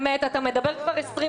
אתה מדבר 23 דקות.